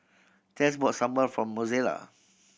Tess bought sambal for Mozella